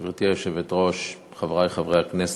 גברתי היושבת-ראש, חברי חברי הכנסת,